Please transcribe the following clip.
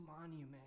monument